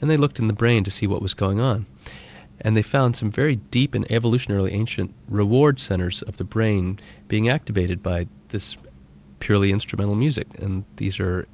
and they looked in the brain to see what was going on and they found some very deep and evolutionarily ancient reward centres of the brain being activated by this purely instrumental music. and these are